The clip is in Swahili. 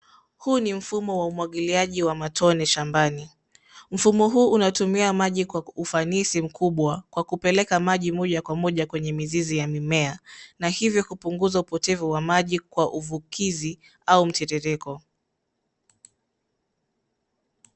huu ni mfumo wa umwangiliaji wa matone shambani. Mfumo huu unatumia maji kwa ufanisi mkubwa, kwa kupeleka maji moja kwa moja kwenye mizizi ya mimea, na hivyo kupunguza upotevu wa maji kwa uvukizi, au mtiririko.